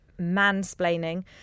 mansplaining